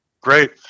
great